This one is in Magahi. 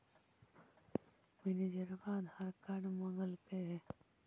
मैनेजरवा आधार कार्ड मगलके हे?